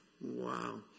wow